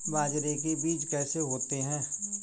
बाजरे के बीज कैसे होते हैं?